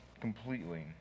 completely